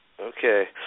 Okay